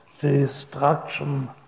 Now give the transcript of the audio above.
destruction